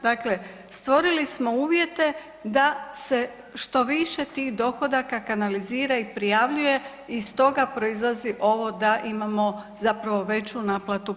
Dakle, stvorili smo uvjete da se što više tih dohodaka kanalizira i prijavljuje i stoga proizlazi ovo da imamo zapravo veću naplatu poreza.